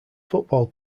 football